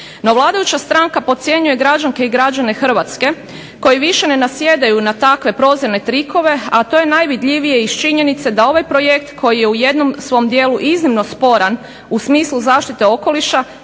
No vladajuća stranka podcjenjuje građanke i građane Hrvatske koji više ne nasjedaju na takve prozirne trikove, a to je najvidljivije iz činjenice da ovaj projekt koji je u jednom svom dijelu iznimno sporan u smislu zaštite okoliša